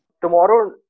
Tomorrow